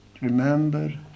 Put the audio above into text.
remember